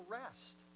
rest